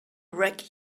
wreck